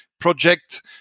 project